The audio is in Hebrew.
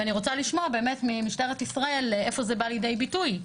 ואני רוצה לשמוע ממשטרת ישראל איפה זה בא לידי ביטוי.